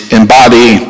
embody